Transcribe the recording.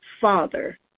father